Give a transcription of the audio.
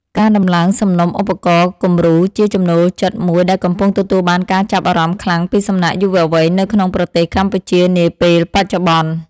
ការដំឡើងសំណុំឧបករណ៍គំរូជាចំណូលចិត្តមួយដែលកំពុងទទួលបានការចាប់អារម្មណ៍ខ្លាំងពីសំណាក់យុវវ័យនៅក្នុងប្រទេសកម្ពុជានាពេលបច្ចុប្បន្ន។